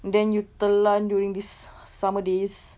then you telan during these summer days